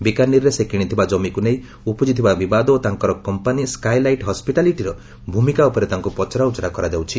ବିକାନିର୍ରେ ସେ କିଣିଥିବା କ୍ଷମିକୁ ନେଇ ଉପୁଜିଥିବା ବିବାଦ ଓ ତାଙ୍କର କମ୍ପାନୀ ସ୍କାଏଲାଇଟ୍ ହସ୍ପିଟାଲିଟିର ଭୂମିକା ଉପରେ ତାଙ୍କୁ ପଚରାଉଚରା କରାଯାଉଛି